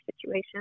situation